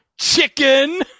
Chicken